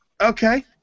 Okay